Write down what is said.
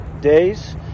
days